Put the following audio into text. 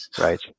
Right